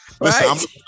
listen